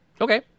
Okay